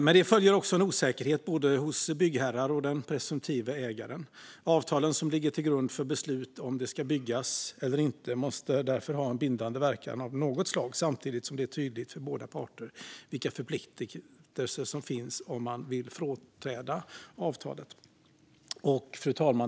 Med det följer också en osäkerhet hos både byggherrar och den presumtive ägaren. Avtalen som ligger till grund för beslut om huruvida det ska byggas eller inte måste därför ha en bindande verkan av något slag, samtidigt som det är tydligt för båda parter vilka förpliktelser som finns om man vill frånträda avtalet. Fru talman!